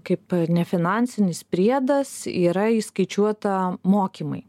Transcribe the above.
kaip nefinansinis priedas yra įskaičiuota mokymai